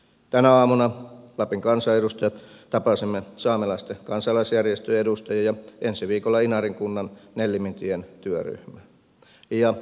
tänä aamuna me lapin kansanedustajat tapasimme saamelaisten kansalaisjärjestöjen edustajia ensi viikolla inarin kunnan nellimintien työryhmän